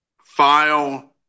File